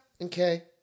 Okay